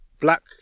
black